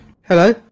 Hello